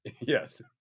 Yes